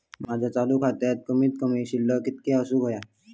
माझ्या चालू खात्यासाठी कमित कमी शिल्लक कितक्या असूक होया?